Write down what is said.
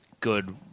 good